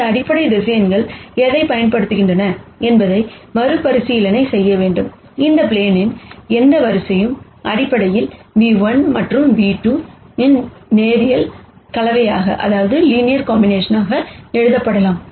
இந்த அடிப்படை வெக்டார் எதைப் பயன்படுத்துகின்றன என்பதை மறுபரிசீலனை செய்ய இந்த ப்ளேனின் எந்த வரியும் அடிப்படையில் ν₁ மற்றும் v2 இன் லீனியர் கலவையாக எழுதப்படலாம்